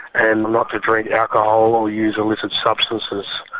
and not to drink alcohol or use illicit substances.